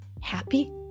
happy